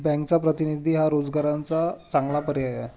बँकचा प्रतिनिधी हा रोजगाराचा चांगला पर्याय आहे